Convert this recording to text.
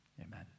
amen